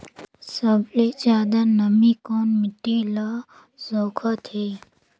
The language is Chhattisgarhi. सबले ज्यादा नमी कोन मिट्टी ल सोखत हे?